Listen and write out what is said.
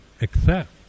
accept